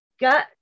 got